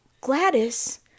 Gladys